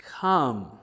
come